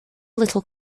little